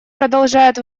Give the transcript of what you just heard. продолжает